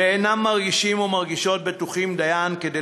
ואינם מרגישות או מרגישים בטוחים דיים כדי